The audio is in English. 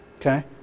okay